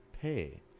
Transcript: pay